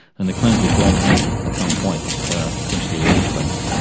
and the clinical dormancy at some point potentially reactivates.